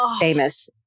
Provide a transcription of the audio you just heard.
famous